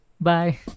Bye